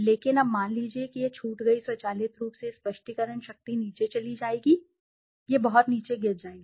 लेकिन अब मान लीजिए कि यह छूट गई स्वचालित रूप से स्पष्टीकरण शक्ति नीचे चली जाएगी यह बहुत नीचे गिर जाएगी